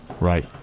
Right